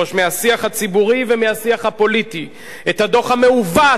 מהשיח הציבורי ומהשיח הפוליטי את הדוח המעוות,